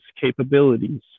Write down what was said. capabilities